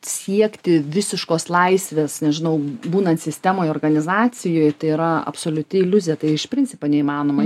siekti visiškos laisvės nežinau būnant sistemoj organizacijoj tai yra absoliuti iliuzija tai iš principo neįmanoma